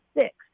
six